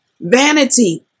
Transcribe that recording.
Vanity